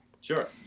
Sure